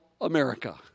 America